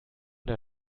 der